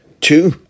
Two